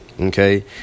Okay